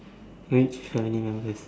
rich family members